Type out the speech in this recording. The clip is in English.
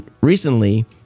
recently